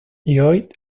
lloyd